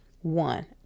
One